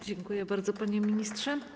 Dziękuję bardzo, panie ministrze.